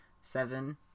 Seven